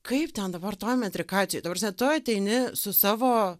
kaip ten dabar toj metrikacijoj ta prasme tu ateini su savo